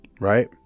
right